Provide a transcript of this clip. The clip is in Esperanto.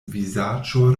vizaĝo